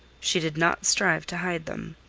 she did not strive to hide them.